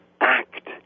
act